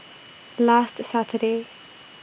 last Saturday